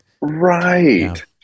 Right